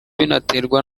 binaterwa